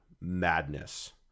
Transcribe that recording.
madness